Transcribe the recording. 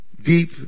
deep